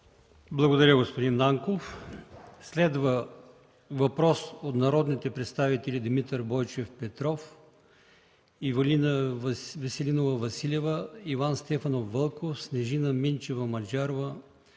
Благодаря, господин Нанков. Следва въпрос от народните представители Димитър Бойчев Петров, Ивелина Веселинова Василева, Иван Стефанов Вълков, Снежина Минчева Маджарова,